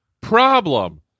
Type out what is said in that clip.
problem